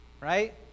right